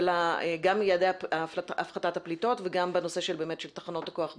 גם יעדי הפחתת הפליטות וגם בנושא של תחנות הכוח והגז.